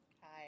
Hi